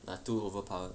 ah too overpowered